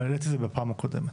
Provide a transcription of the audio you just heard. והעליתי את זה בפעם הקודמת.